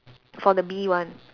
for the B one